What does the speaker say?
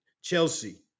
Chelsea